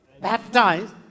Baptized